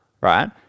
right